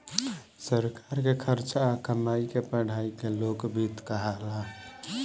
सरकार के खर्चा आ कमाई के पढ़ाई के लोक वित्त कहाला